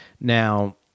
Now